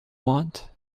want